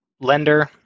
lender